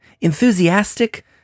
Enthusiastic